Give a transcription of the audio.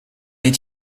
est